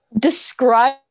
Describe